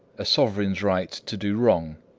a sovereign's right to do wrong.